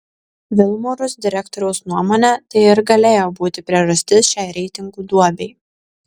vilmorus direktoriaus nuomone tai ir galėjo būti priežastis šiai reitingų duobei